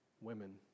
women